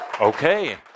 Okay